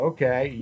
Okay